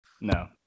No